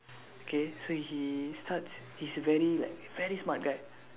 okay so he starts he's a very like very smart guy